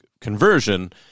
conversion